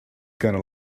gonna